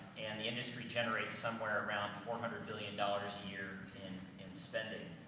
and the industry generates somewhere around four hundred billion dollars a year in, in spending.